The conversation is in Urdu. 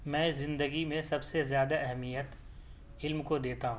میں زندگی میں سب سے زیادہ اہمیت علم کو دیتا ہوں